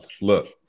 Look